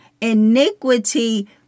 iniquity